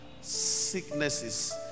sicknesses